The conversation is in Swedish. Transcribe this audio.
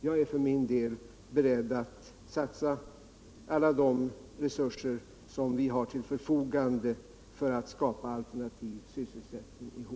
Jag är för min del beredd att satsa alla de resurser vi har till vårt förfogande för att skapa alternativ sysselsättning där.